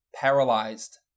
paralyzed